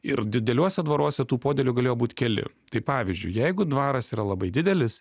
ir dideliuose dvaruose tų podėlių galėjo būt keli tai pavyzdžiui jeigu dvaras yra labai didelis